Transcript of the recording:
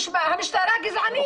המשטרה גזענית.